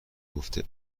گفته